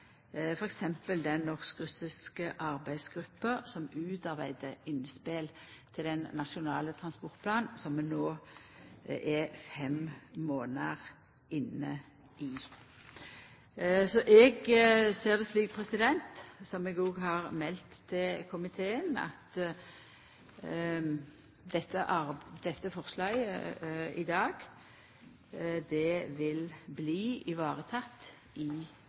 t.d. den norsk-russiske arbeidsgruppa som utarbeidde innspel til den nasjonale transportplanen som vi no er fem månader inne i. Så eg ser det slik, som eg òg har meldt til komiteen, at dette forslaget i dag vil bli vareteke i